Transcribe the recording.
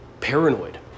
paranoid